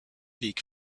weg